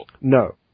No